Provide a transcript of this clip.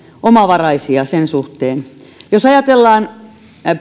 omavaraisia sen suhteen jos ajatellaan